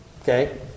okay